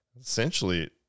essentially